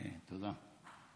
תודה.